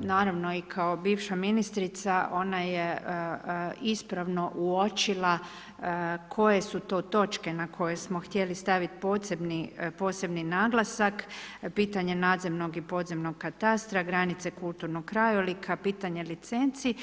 naravno i kao bivša ministrica ona je ispravno uočila koje su to točke na koje smo htjeli staviti posebni naglasak, pitanje nadzemnog i podzemnog katastra, granice kulturnog krajolika, pitanje licenci.